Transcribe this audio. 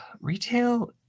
retail